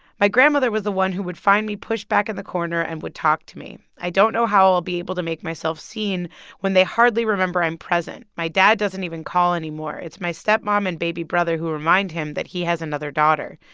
my grandmother was the one who would finally push back in the corner and would talk to me. i don't know how i'll be able to make myself seen when they hardly remember i'm present. my dad doesn't even call anymore it's my stepmom and baby brother who remind him that he has another daughter.